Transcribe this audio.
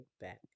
back